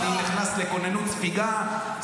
אני נכנס לכוננות ספיגה,